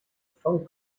phone